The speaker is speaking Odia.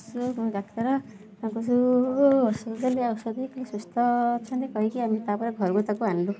ଔଷଧ ଦେଲି ଔଷଧ ଦେଇକି ସୁସ୍ଥ ଅଛନ୍ତି କହିକି ଆମେ ତା'ପରେ ଘରକୁ ତାକୁ ଆଣିଲୁ